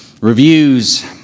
reviews